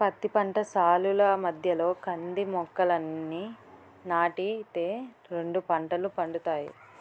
పత్తి పంట సాలుల మధ్యలో కంది మొక్కలని నాటి తే రెండు పంటలు పండుతాయి